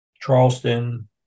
Charleston